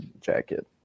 jacket